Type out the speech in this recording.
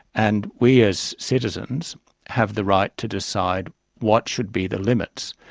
and we as citizens have the right to decide what should be the limits.